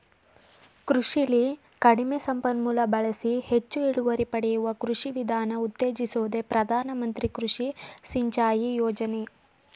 ಕೃಷಿಲಿ ಕಡಿಮೆ ಸಂಪನ್ಮೂಲ ಬಳಸಿ ಹೆಚ್ ಇಳುವರಿ ಪಡೆಯುವ ಕೃಷಿ ವಿಧಾನ ಉತ್ತೇಜಿಸೋದೆ ಪ್ರಧಾನ ಮಂತ್ರಿ ಕೃಷಿ ಸಿಂಚಾಯಿ ಯೋಜನೆ